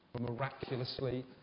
miraculously